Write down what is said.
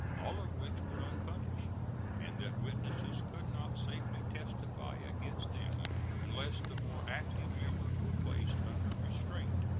all of which were unpunished and that witnesses could not safely testify against them unless the more active members were placed under restraint.